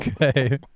Okay